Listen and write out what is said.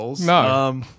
No